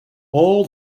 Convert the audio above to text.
all